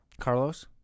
Carlos